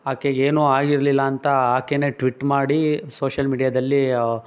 ಆಕೆಗೆ ಏನೂ ಆಗಿರಲಿಲ್ಲ ಅಂತ ಆಕೆಯೇ ಟ್ವಿಟ್ ಮಾಡಿ ಸೋಶಲ್ ಮೀಡ್ಯಾದಲ್ಲಿ